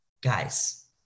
guys